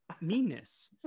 meanness